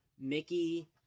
Mickey